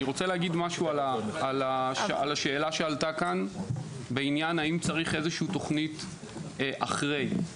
אני רוצה לומר משהו על השאלה שעלתה כאן האם צריך תכנית אחרי כן.